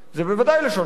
זה בוודאי לשון הרע.